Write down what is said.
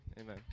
Amen